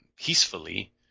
peacefully